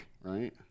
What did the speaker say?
right